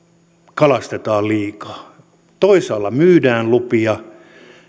kalastetaan liikaa toisaalla myydään lupia